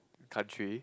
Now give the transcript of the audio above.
country